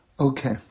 Okay